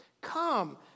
Come